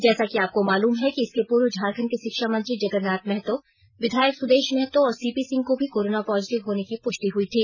जैसा कि आपको मालूम है कि इसके पूर्व झारखंड के शिक्षा मंत्री जगरनाथ महतो विधायक सुदेश महतो और सीपी सिंह को भी कोरोना पॉजिटिव होने की पुष्टि हुई थी